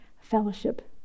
fellowship